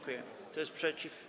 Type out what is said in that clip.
Kto jest przeciw?